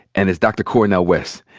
and it's dr. cornel west.